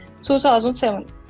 2007